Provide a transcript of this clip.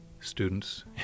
students